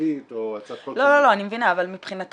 ממשלתית או הצעת חוק -- אני מבינה, אבל מבחינתכם